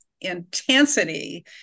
intensity